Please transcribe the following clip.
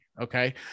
Okay